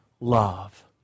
love